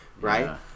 right